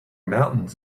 mountains